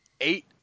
Eight